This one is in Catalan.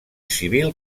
civil